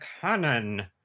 cannon